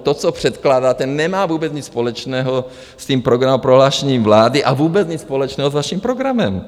To, co předkládáte, nemá vůbec nic společného s tím programovým prohlášením vlády a vůbec nic společného s vaším programem.